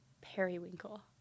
periwinkle